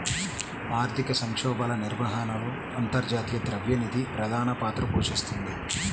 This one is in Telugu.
ఆర్థిక సంక్షోభాల నిర్వహణలో అంతర్జాతీయ ద్రవ్య నిధి ప్రధాన పాత్ర పోషిస్తోంది